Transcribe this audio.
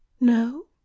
no